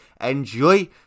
Enjoy